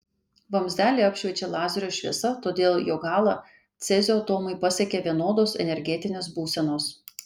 vamzdelį apšviečia lazerio šviesa todėl jo galą cezio atomai pasiekia vienodos energetinės būsenos